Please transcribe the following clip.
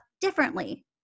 differently